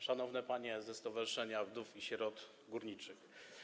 Szanowne Panie ze Stowarzyszenia Wdów i Sierot Górniczych!